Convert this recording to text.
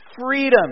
freedom